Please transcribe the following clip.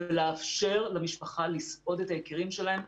לאפשר למשפחה לסעוד את היקירים שלהם.